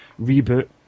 reboot